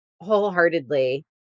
wholeheartedly